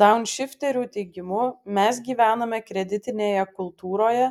daunšifterių teigimu mes gyvename kreditinėje kultūroje